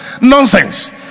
nonsense